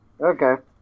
Okay